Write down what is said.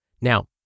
Now